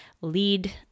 lead